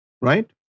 Right